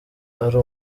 ari